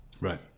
right